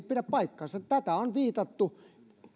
pidä paikkaansa tähän on viitattu